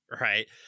right